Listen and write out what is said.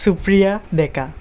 Supriya Deka